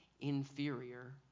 inferior